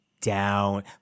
down